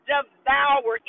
devour